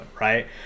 right